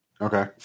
Okay